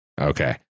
Okay